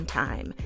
time